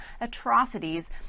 atrocities